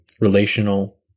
relational